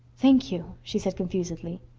thank you, she said confusedly.